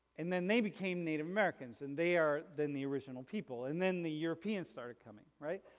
and then they became native americans and they are then the original people and then the europeans started coming, right?